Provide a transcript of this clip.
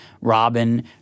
Robin